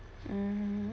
mm